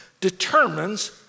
determines